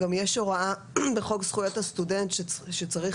גם יש הוראה בחוק זכויות הסטודנט שצריך